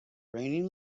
raining